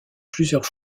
plusieurs